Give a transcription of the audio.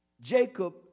Jacob